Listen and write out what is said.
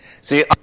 See